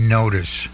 notice